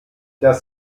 das